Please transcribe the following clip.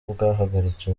bwahagaritse